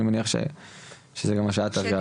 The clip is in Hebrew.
אני מניח שזה מה שאת עברת.